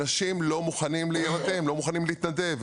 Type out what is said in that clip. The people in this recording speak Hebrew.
אנשים לא מוכנים להירתם, לא מוכנים להתנדב.